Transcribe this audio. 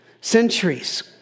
centuries